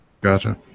Gotcha